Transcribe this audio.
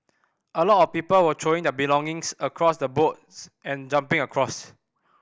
a lot of people were throwing their belongings across the boats and jumping across